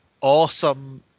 awesome